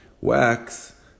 wax